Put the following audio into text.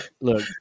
look